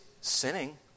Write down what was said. sinning